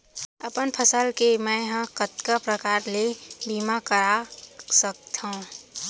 अपन फसल के मै ह कतका प्रकार ले बीमा करा सकथो?